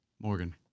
Morgan